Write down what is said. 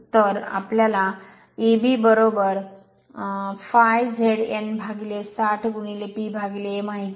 तर आम्हाला Eb ∅ Z n 60 P A माहित आहे